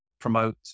promote